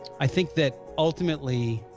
i think that ultimately